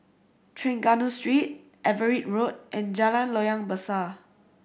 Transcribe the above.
Trengganu Street Everitt Road and Jalan Loyang Besar